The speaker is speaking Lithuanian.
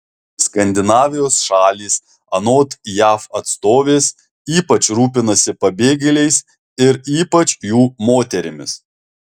skandinavijos šalys anot jav atstovės ypač rūpinasi pabėgėliais ir ypač jų moterimis